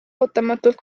ootamatult